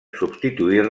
substituir